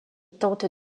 tente